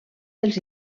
dels